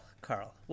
Carl